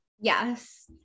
Yes